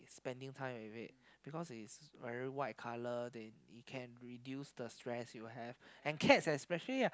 spending time with it because it's very white colour then it can reduce the stress you have and cats especially ah